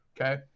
Okay